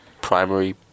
primary